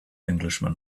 englishman